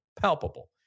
palpable